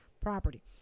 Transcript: property